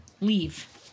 leave